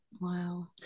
wow